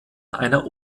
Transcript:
einer